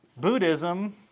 Buddhism